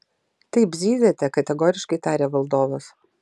taip zyziate kategoriškai tarė valdovas